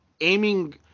aiming